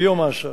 ביו-מאסה,